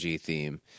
theme